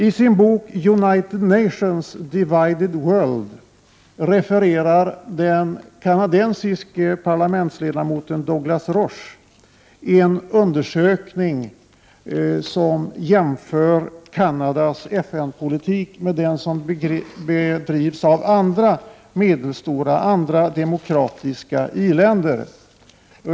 I sin bok ”United Nations: Divided World” refererar den kanadensiske parlamentsledamoten Douglas Rouche en undersökning, där Kanadas FN-politik jämförs med den som bedrivs av andra medelstora demokratiska i-länder.